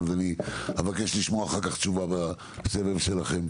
אני אבקש לשמוע אחר כך תשובה בסבב שלכם.